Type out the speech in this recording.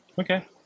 Okay